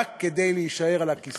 רק כדי להישאר על הכיסא.